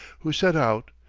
who set out,